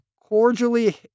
cordially